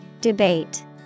DEBATE